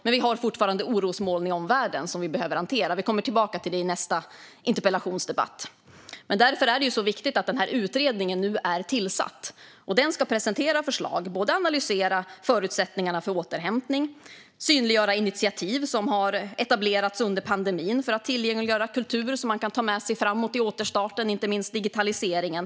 Men det finns fortfarande orosmoln i omvärlden som vi behöver hantera, vilket vi återkommer till i nästa interpellationsdebatt. Därför är det viktigt att denna utredning är tillsatt. Den ska presentera förslag, analysera förutsättningar för återhämtning och synliggöra initiativ som har etablerats under pandemin för att tillgängliggöra kultur och som man kan ta med sig framåt i återstarten, inte minst digitaliseringen.